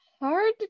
Hard